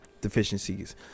deficiencies